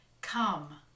come